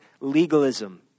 legalism